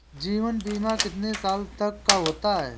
जीवन बीमा कितने साल तक का होता है?